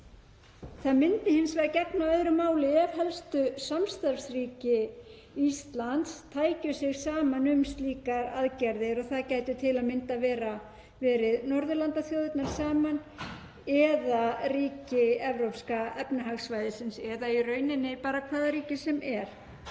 það myndi hins vegar gegna öðru máli ef helstu samstarfsríki Íslands tækju sig saman um slíkar aðgerðir. Það gætu til að mynda verið Norðurlandaþjóðirnar saman eða ríki Evrópska efnahagssvæðisins eða í rauninni bara hvaða ríki sem er.